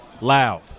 Loud